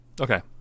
Okay